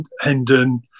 hendon